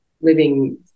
living